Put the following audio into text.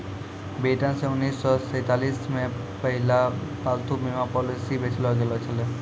ब्रिटेनो मे उन्नीस सौ सैंतालिस मे पहिला पालतू बीमा पॉलिसी बेचलो गैलो छलै